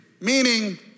meaning